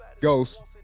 ghost